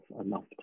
enough